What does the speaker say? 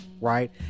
right